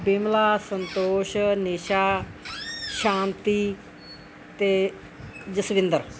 ਬਿਮਲਾ ਸੰਤੋਸ਼ ਨਿਸ਼ਾ ਸ਼ਾਂਤੀ ਅਤੇ ਜਸਵਿੰਦਰ